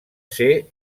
ser